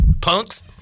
Punks